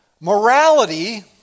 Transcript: Morality